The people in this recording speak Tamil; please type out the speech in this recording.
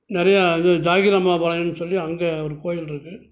நிறையா இது ஜாகிர் அம்மா பாளையோம்னு சொல்லி அங்கே ஒரு கோவில் இருக்குது